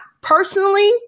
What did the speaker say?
personally